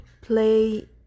play